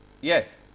Yes